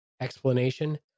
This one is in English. explanation